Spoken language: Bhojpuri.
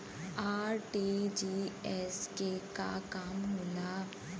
आर.टी.जी.एस के का काम होला?